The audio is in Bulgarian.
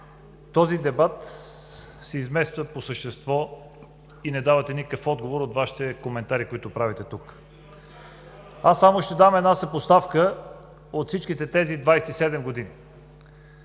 Този дебат по същество се измества. Не давате никакъв отговор във Вашите коментари, които правите тук. Аз само ще дам една съпоставка от всичките тези 27 години: